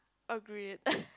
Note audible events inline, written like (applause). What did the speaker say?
agreed (laughs)